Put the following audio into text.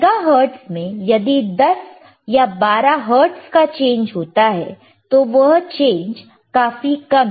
mega hertz में यदि 10 या 12 हर्ट्ज़ का चेंज होता है तो वह चेंज काफी कम है